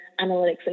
analytics